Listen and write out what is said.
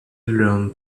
learn